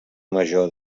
major